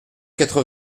quatre